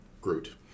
Groot